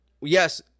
Yes